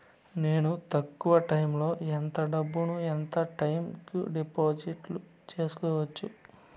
నేను తక్కువ టైములో ఎంత డబ్బును ఎంత టైము కు డిపాజిట్లు సేసుకోవచ్చు?